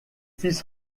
fils